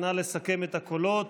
נא לסכם את הקולות,